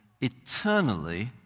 eternally